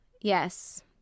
Yes